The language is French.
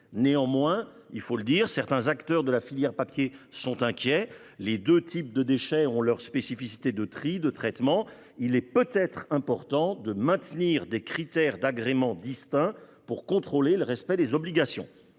Néanmoins, il faut le dire, certains acteurs de la filière papier sont inquiets. Les deux types de déchets ont leurs spécificités de tri et de traitement. Il est peut-être important de maintenir des critères d'agrément distincts pour contrôler le respect des obligations.